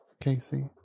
Casey